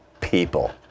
people